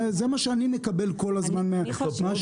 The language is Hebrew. זה מה שאני מקבל כל הזמן מהשטח.